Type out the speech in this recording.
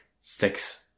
six